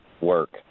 work